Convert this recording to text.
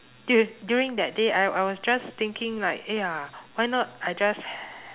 duri~ during that day I I was just thinking like ya why not I just